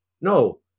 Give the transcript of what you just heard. No